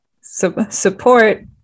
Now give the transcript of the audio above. support